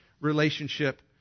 relationship